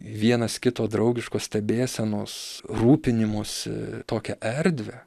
vienas kito draugiškos stebėsenos rūpinimosi tokią erdvę